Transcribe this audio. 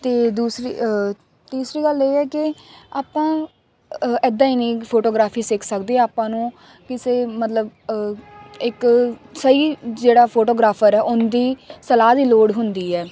ਅਤੇ ਦੂਸਰੀ ਤੀਸਰੀ ਗੱਲ ਇਹ ਹੈ ਕਿ ਆਪਾਂ ਐਦਾਂ ਹੀ ਨਹੀਂ ਕਿ ਫੋਟੋਗ੍ਰਾਫੀ ਸਿੱਖ ਸਕਦੇ ਆਪਾਂ ਨੂੰ ਕਿਸੇ ਮਤਲਬ ਇੱਕ ਸਹੀ ਜਿਹੜਾ ਫੋਟੋਗ੍ਰਾਫਰ ਆ ਉਹਦੀ ਸਲਾਹ ਦੀ ਲੋੜ ਹੁੰਦੀ ਆ